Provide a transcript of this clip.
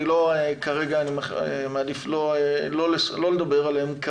כרגע אני מעדיף לא לדבר עליהם,